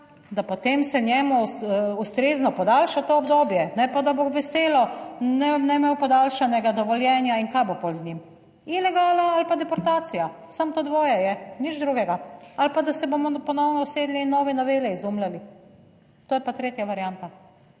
(nadaljevanje) njemu ustrezno podaljša to obdobje, ne pa, da bo veselo, ne bo imel podaljšanega dovoljenja in kaj bo pol z njim? Ilegale ali pa deportacija, samo to dvoje je, nič drugega, ali pa, da se bomo ponovno usedli in nove novele izumljali, to je pa tretja varianta.